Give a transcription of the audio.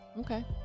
Okay